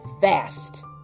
fast